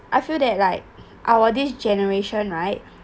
I feel that like our this generation right